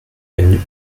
une